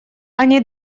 они